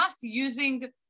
using